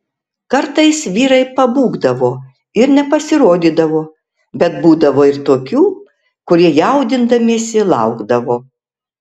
kartais vyrai pabūgdavo ir nepasirodydavo bet būdavo ir tokių kurie jaudindamiesi laukdavo